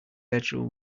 bedroom